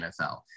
NFL